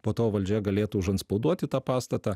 po to valdžia galėtų užantspauduoti tą pastatą